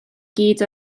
gyd